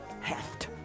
heft